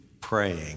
praying